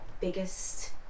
biggest